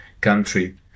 country